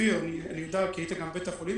אופיר אני יודע כי היית בבית החולים